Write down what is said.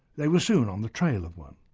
they were soon on the trail of one.